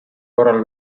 korral